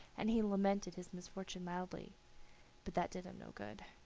and he lamented his misfortune loudly but that did him no good.